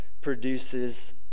produces